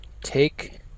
Take